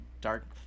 Dark